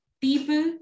people